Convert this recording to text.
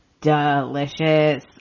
delicious